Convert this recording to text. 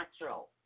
natural